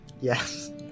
Yes